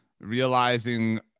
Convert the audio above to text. realizing